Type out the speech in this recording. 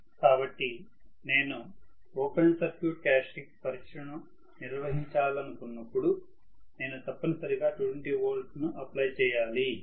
కాబట్టి నేను open circuit characteristics పరీక్షను నిర్వహించాలనుకున్నప్పుడు నేను తప్పనిసరిగా 220 వోల్ట్లను అప్లై చేయాలి